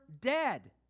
dead